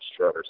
strutters